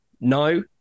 No